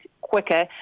quicker